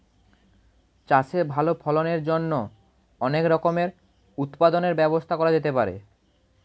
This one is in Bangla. চাষে ভালো ফলনের জন্য অনেক রকমের উৎপাদনের ব্যবস্থা করা যেতে পারে